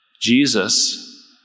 Jesus